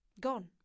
Gone